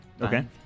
Okay